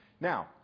Now